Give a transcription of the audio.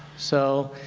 so